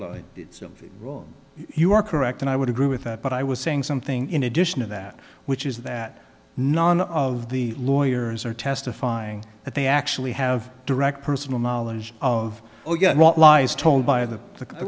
wrong you are correct and i would agree with that but i was saying something in addition to that which is that none of the lawyers are testifying that they actually have direct personal knowledge of what lies told by the i